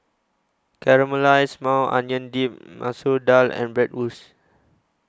Caramelized Maui Onion Dip Masoor Dal and Bratwurst